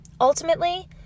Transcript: Ultimately